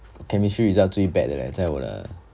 chemistry result 最 bad 的 leh 在我的